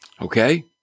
Okay